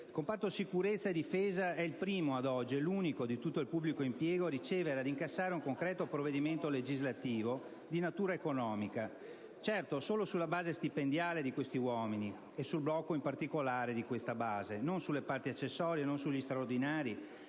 Il comparto Sicurezza e Difesa è il primo - e ad oggi l'unico - di tutto il pubblico impiego a ricevere e ad incassare un concreto provvedimento legislativo di natura economica: certo, solo sulla base stipendiale (che ha subito un blocco) di questi uomini, non sulle parti accessorie e sugli straordinari,